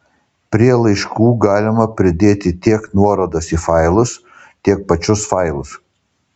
prie laiškų galima pridėti tiek nuorodas į failus tiek pačius failus